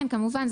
כן, כמובן.